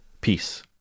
Peace